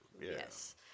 Yes